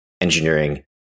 engineering